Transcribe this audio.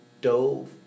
dove